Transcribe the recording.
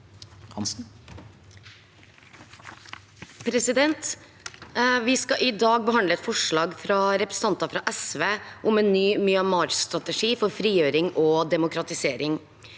sa- ken): Vi skal i dag behandle et forslag fra representanter fra SV om en ny Myanmar-strategi for frigjøring og demokratisering.